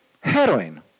Heroin